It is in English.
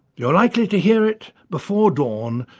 you're likely to hear it before dawn,